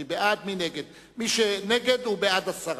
מי שמצביע נגד הוא בעד הסרה.